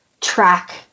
track